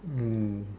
mm